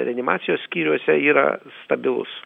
reanimacijos skyriuose yra stabilus